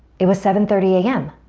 it was seven thirty a m.